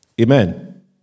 Amen